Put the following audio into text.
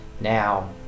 now